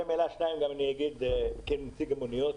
גם אני אומר מילה-שתיים כנציג המוניות.